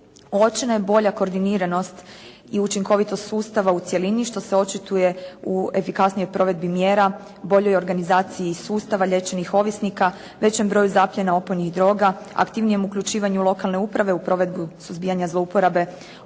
Uočena je bolja koordiniranost i učinkovitost sustava u cjelini što se očituje u efikasnijoj provedbi mjera, boljoj organizaciji sustava liječenih ovisnika, većem broju zapljena opojnih droga, aktivnijem uključivanju lokalne uprave u provedbu suzbijanja zlouporabe